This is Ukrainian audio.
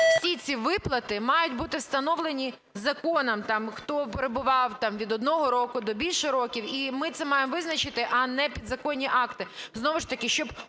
всі ці виплати мають бути встановлені законом, хто перебував там від одного року до більше років, і ми це маємо визначити, а не підзаконні акти.